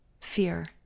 fear